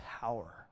power